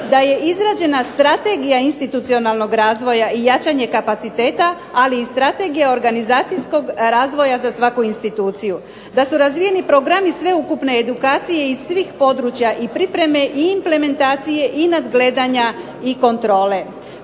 da je izrađena strategija institucionalnog razvoja i jačanje kapaciteta, ali i strategija organizacijskog razvoja za svaku instituciju, da su razvijeni programi sveukupne edukacije iz svih područja i pripreme i implementacije i nadgledanja i kontrole.